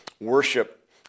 worship